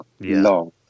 long